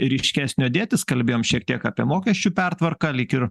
ryškesnio dėtis kalbėjom šiek tiek apie mokesčių pertvarką lyg ir